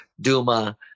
Duma